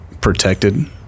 protected